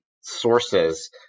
sources